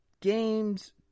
games